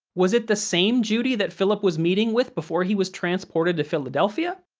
was it the same judy that phillip was meeting with before he was transported to philadelphia?